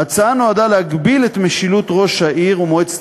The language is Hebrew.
ההצעה נועדה להגביר את המשילות של ראש העיר ומועצת